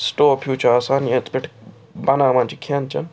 سِٹوپ ہیٚوٗ چھُ آسان یتھ پٮ۪ٹھ بناوان چھِ کھٮ۪ن چٮ۪ن